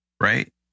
Right